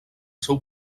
seu